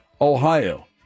Ohio